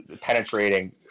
penetrating